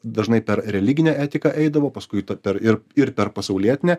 dažnai per religinę etiką eidavo paskui per ir ir per pasaulietinę